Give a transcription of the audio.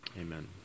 Amen